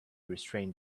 restrained